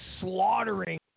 Slaughtering